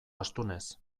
astunez